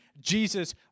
Jesus